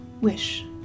wish